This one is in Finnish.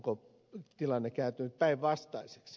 onko tilanne kääntynyt päinvastaiseksi